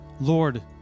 Lord